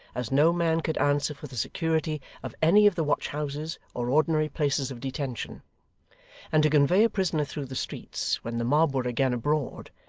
as no man could answer for the security of any of the watch-houses or ordinary places of detention and to convey a prisoner through the streets when the mob were again abroad,